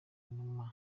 numa